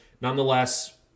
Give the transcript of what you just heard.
nonetheless